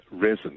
resin